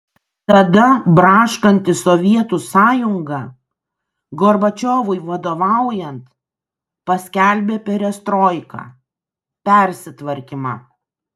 tada braškanti sovietų sąjunga gorbačiovui vadovaujant paskelbė perestroiką persitvarkymą